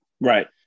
Right